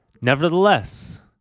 nevertheless